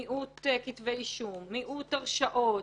מיעוט כתבי אישום ומיעוט הרשעות...